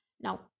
Now